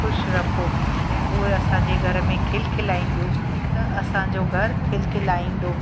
ख़ुशि रखो ऐं उहे असांजे घर में खिल खिलाईंदियूं त असांजो घरु खिल खिलाईंदो